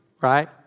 right